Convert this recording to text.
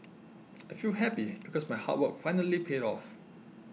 I feel happy because my hard work finally paid off